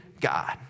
God